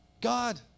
God